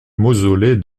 mausolée